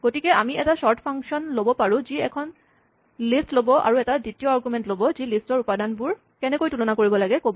গতিকে আমি এটা চৰ্ট ফাংচন ল'ব পাৰোঁ যি এখন লিষ্ট ল'ব আৰু এটা দ্বিতীয় আৰগুমেন্ট ল'ব যি লিষ্টৰ উপাদানবোৰ কেনেকৈ তুলনা কৰিব লাগে ক'ব